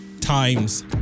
times